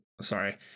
sorry